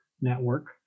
network